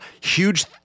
huge